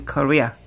Korea